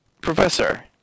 Professor